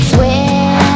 Swear